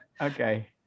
Okay